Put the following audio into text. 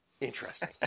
interesting